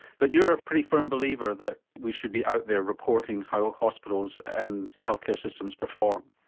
but you're a pretty firm believer that we should be out there reporting how hospitals and health care systems perform.